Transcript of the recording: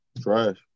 trash